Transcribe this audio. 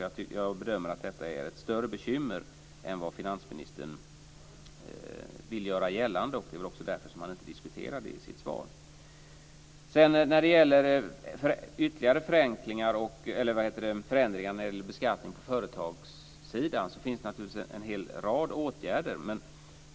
Jag bedömer att detta är ett större bekymmer än vad finansministern vill göra gällande. De är väl därför han inte diskuterade det i sitt svar. När det gäller ytterligare förändringar vad gäller beskattningen på företagssidan finns det en rad åtgärder att vidta.